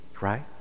right